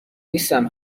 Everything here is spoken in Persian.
نیستم